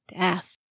death